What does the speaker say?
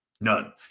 None